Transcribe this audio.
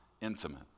intimate